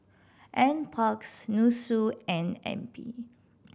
Nparks NUSSU and N